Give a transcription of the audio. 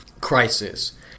Crisis